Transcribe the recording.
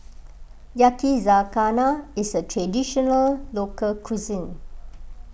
Yakizakana is a Traditional Local Cuisine